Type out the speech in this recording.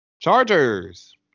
Chargers